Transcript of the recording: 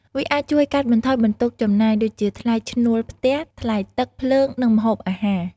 វាអាច ជួយកាត់បន្ថយបន្ទុកចំណាយ ដូចជាថ្លៃឈ្នួលផ្ទះ ថ្លៃទឹក ភ្លើង និងម្ហូបអាហារ។